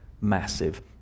massive